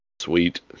sweet